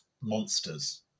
monsters